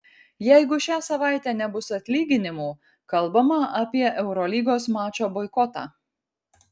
jeigu šią savaitę nebus atlyginimų kalbama apie eurolygos mačo boikotą